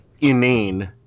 inane